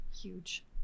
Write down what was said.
huge